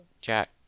Jack